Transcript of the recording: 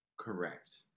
Correct